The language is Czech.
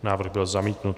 Návrh byl zamítnut.